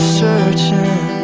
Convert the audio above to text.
searching